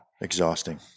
Exhausting